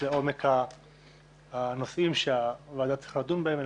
לעומק הנושאים שהוועדה צריכה לדון בהם,